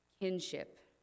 kinship